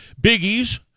biggies